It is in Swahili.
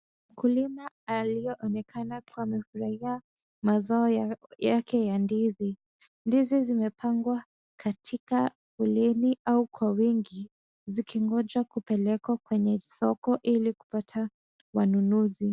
Mkulima aliyeonekana akiwa amefurahia mazao yake ya ndizi. Ndizi zimepangwa katika foleni au kwa wingi zikingoja kupelekwa kwenye soko ili kupata wanunuzi.